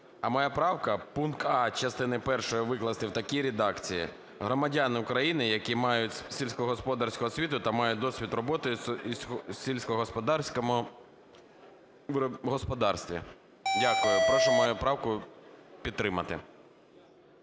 А моя правка: пункт а) частини першої викласти в такій редакції: "громадяни України, які мають сільськогосподарську освіту та мають досвід роботи у сільському господарстві". Дякую. Прошу мою правку підтримати.